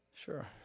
Sure